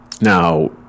Now